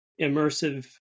immersive